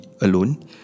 alone